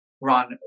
run